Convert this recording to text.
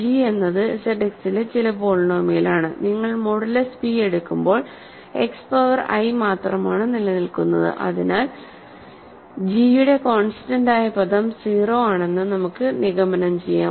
g എന്നത് ZX ലെ ചില പോളിനോമിയലാണ് നിങ്ങൾ മോഡുലസ് പി എടുക്കുമ്പോൾ x പവർ i മാത്രമാണ് നിലനിൽക്കുന്നത് അതിനാൽ g യുടെ കോൺസ്റ്റന്റ് ആയ പദം 0 ആണെന്ന് നമുക്ക് നിഗമനം ചെയ്യാം